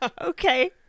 okay